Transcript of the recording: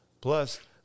Plus